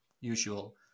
usual